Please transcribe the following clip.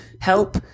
help